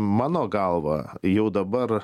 mano galva jau dabar